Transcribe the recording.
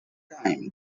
time